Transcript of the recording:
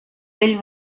vell